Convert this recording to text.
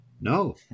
No